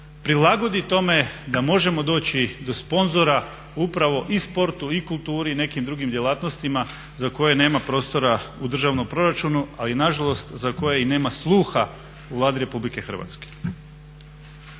prilagodi tome da možemo doći do sponzora upravo i u sportu i u kulturi i u nekim drugim djelatnostima za koje nema prostora u državnom proračunu, ali nažalost za koje nema sluha u Vladi RH.